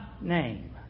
name